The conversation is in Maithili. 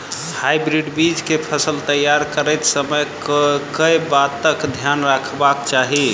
हाइब्रिड बीज केँ फसल तैयार करैत समय कऽ बातक ध्यान रखबाक चाहि?